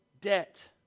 debt